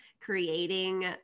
creating